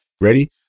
Ready